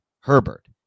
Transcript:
Herbert